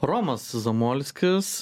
romas zamolskis